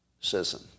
citizen